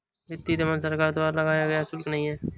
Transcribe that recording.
वित्तीय दमन सरकार द्वारा लगाया गया शुल्क नहीं है